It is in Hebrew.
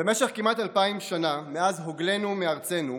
במשך כמעט אלפיים שנה, מאז הוגלינו מארצנו,